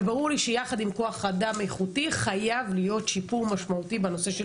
אבל יחד עם כוח אדם איכותי חייב להיות שיפור משמעותי בנושא של